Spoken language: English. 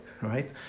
right